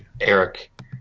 Eric